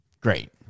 Great